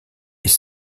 est